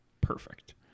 perfect